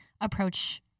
approach